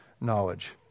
knowledge